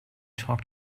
talk